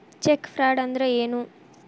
Check fraud ಅಂದ್ರ ಏನು?